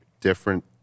different